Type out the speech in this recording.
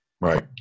Right